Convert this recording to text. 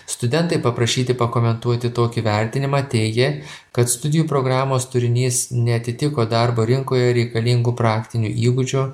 studentai paprašyti pakomentuoti tokį vertinimą teigė kad studijų programos turinys neatitiko darbo rinkoje reikalingų praktinių įgūdžių